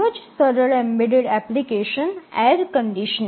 ખૂબ જ સરળ એમ્બેડેડ એપ્લિકેશન એર કન્ડીશનર